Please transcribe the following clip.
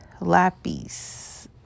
Lapis